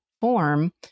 form